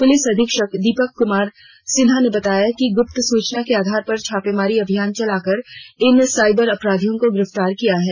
police अधीक्षक दीपक कुमार सिन्हा ने बताया कि गुप्त सूचना के आधार पर छापामारी अभियान चलाकर इन साइबर अपराधियों को गिरफ्तार किया है